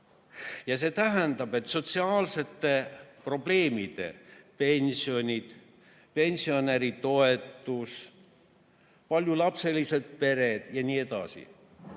See tähendab, et sotsiaalseid probleeme – pensionid, pensionäritoetus, paljulapselised pered ja nii edasi